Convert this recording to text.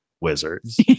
wizards